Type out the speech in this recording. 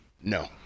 No